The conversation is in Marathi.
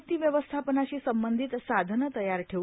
आपत्ती व्यवस्थापनाशी संबंधित साधने तयार ठेवा